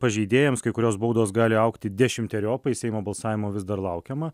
pažeidėjams kai kurios baudos gali augti dešimteriopai seimo balsavimo vis dar laukiama